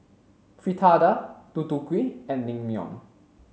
fritada Deodeok Gui and Naengmyeon